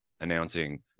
announcing